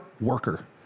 worker